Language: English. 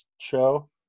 show